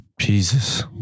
Jesus